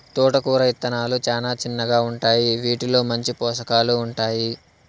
తోటకూర ఇత్తనాలు చానా చిన్నగా ఉంటాయి, వీటిలో మంచి పోషకాలు ఉంటాయి